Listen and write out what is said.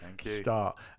start